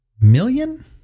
million